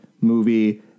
movie